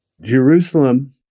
Jerusalem